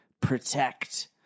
protect